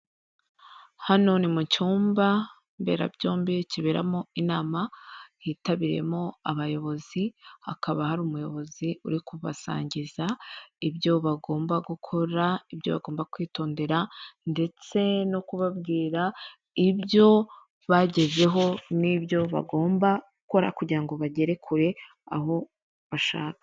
Hano ni mu cyumba mberabyombi kiberamo inama, hitabiriwemo abayobozi hakaba hari umuyobozi uri kubasangiza ibyo bagomba gukora, ibyo bagomba kwitondera, ndetse no kubabwira ibyo bagezeho, n'ibyo bagomba gukora kugira ngo bagere kure aho bashaka.